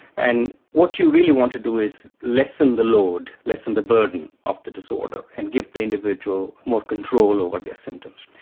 and what you really want to do is lessen the load, lessen the burden of the disorder and give the individual more control over their symptoms.